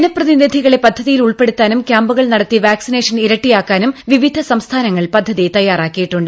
ജനപ്രതിനിധികളെ പദ്ധതിയിൽ ഉൾപ്പെടുത്താനും ക്യാമ്പുകൾ നടത്തി വാക്സിനേഷൻ ഇരട്ടിയാക്കാനും വിവിധ സംസ്ഥാനങ്ങൾ പദ്ധതി തയ്യാറാക്കിയിട്ടുണ്ട്